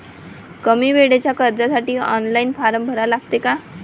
कमी वेळेच्या कर्जासाठी ऑनलाईन फारम भरा लागते का?